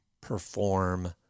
perform